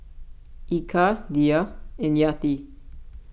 Eka Dhia and Yati